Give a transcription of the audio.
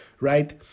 Right